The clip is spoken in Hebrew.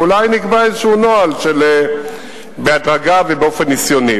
ואולי נקבע איזה נוהל של בהדרגה ובאופן ניסיוני.